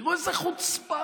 תראו איזו חוצפה,